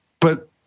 But-